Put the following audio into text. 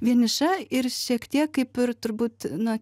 vieniša ir šiek tiek kaip ir turbūt na